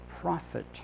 prophet